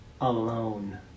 alone